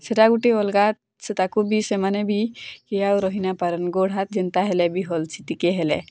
ସେଟା ଗୋଟେ ଅଲଗା ସେ ତାକୁ ବି ସେମାନେ ବି କିଏ ଆଉ ରହି ନ ପାରନ୍ ଗୋଡ଼ ହାତ୍ ଯେନ୍ତା ହେଲେ ବି ହଲ୍ଚି ଟିକେ ହେଲେ